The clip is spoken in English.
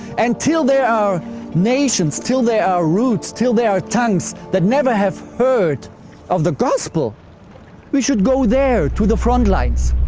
and there are nations, till there are roots, till there are tongues that never have heard of the gospel we should go there, to the frontlines.